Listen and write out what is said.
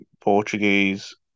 Portuguese